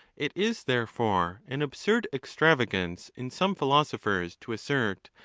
it is therefore an absurd extravagance in some philo sophers to assert,